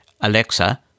Alexa